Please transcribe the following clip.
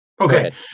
Okay